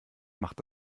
macht